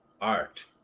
art